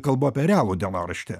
kalbu apie realų dienoraštį